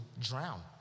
drown